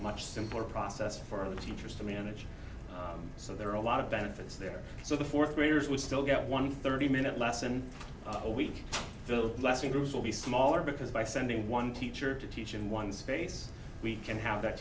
much simpler process for the teachers to manage so there are a lot of benefits there so the fourth graders would still get one thirty min that lesson a week will last in groups will be smaller because by sending one teacher to teach in one space we can have th